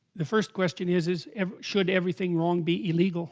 the first question is is should everything wrong be illegal